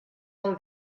del